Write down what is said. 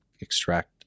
extract